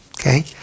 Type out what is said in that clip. okay